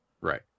right